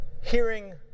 hearing